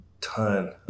ton